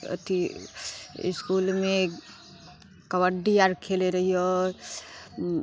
अथी इसकुलमे कबड्डी आर खेलै रहियै आओर